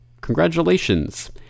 Congratulations